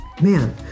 Man